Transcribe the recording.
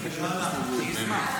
כנסת